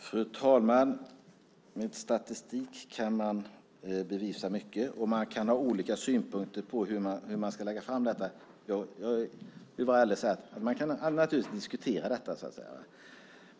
Fru talman! Med statistik kan man bevisa mycket, och man kan ha olika synpunkter på hur man ska lägga fram detta. Man kan naturligtvis diskutera detta.